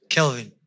Kelvin